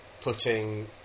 putting